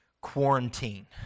quarantine